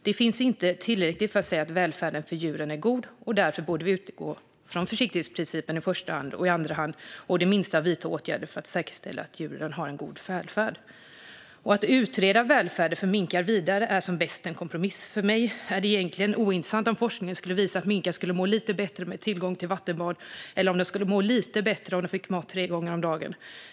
Det finns inte tillräckligt underlag för att säga att välfärden för djuren är god, och därför borde vi utgå från försiktighetsprincipen i första hand och i andra hand å det minsta vidta åtgärder för att säkerställa att djuren har en god välfärd. Att utreda välfärden för minkar vidare är som bäst en kompromiss. För mig är det egentligen ointressant om forskningen skulle visa att minkar skulle må lite bättre med tillgång till vattenbad eller att de skulle må lite bättre om de fick mat tre gånger om dagen.